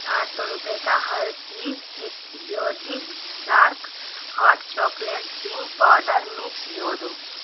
چار سو روپے کا Hershey's exotic dark hot chocolate drink powder mix جوڑ دو